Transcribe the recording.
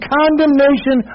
condemnation